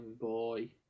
boy